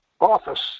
office